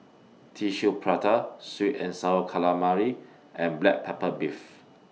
Tissue Prata Sweet and Sour Calamari and Black Pepper Beef